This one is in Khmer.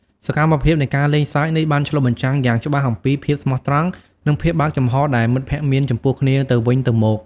សកម្មភាពនៃការលេងសើចនេះបានឆ្លុះបញ្ចាំងយ៉ាងច្បាស់អំពីភាពស្មោះត្រង់ និងភាពបើកចំហរដែលមិត្តភក្តិមានចំពោះគ្នាទៅវិញទៅមក។